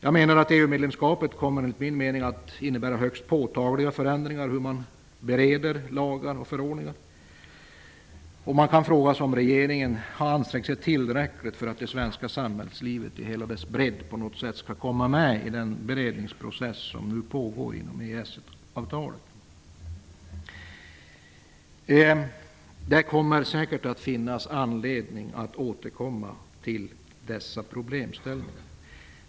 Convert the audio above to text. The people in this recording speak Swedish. Jag menar att EU-medlemskapet kommer att innebära högst påtagliga förändringar i hur lagar och förordningar bereds. Man kan fråga sig om regeringen har ansträngt sig tillräckligt för att det svenska samhällslivet i hela dess bredd skall komma med i den beredningsprocess som nu pågår inom ramen för EES-avtalet. Det kommer säkert att finnas anledning att återkomma till dessa problemställningar.